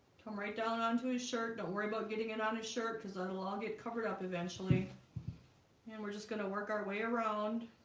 come right down onto his shirt don't worry about getting it on his shirt because that'll all get covered up eventually and we're just going to work our way around